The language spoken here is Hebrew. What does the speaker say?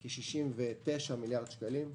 הן 69 מיליארד שקלים.